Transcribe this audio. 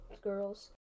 girls